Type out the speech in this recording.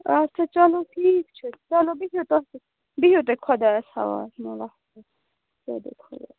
اچھا چلو ٹھیٖک چھُ چلو بِہِو تۄہہِ بِہِو تُہۍ خۄدایَس حَوال